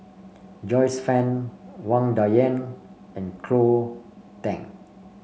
Joyce Fan Wang Dayuan and Cleo Thang